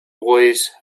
boys